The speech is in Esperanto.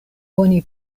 oni